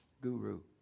guru